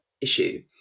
issue